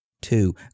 two